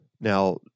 Now